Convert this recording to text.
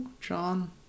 John